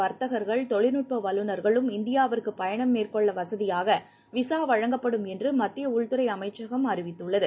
வர்த்தகர்கள் தொழில் நுட்ப வல்லுநர்களும் இந்தியாவிற்கு பயணம் மேற்கொள்ள வசதியாக விசா வழங்கப்படும் என்று மத்திய உள்துறை அமைச்சகம் அறிவித்துள்ளது